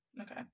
okay